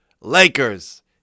Lakers